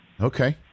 Okay